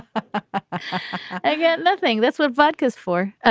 again. nothing. that's what vodkas for.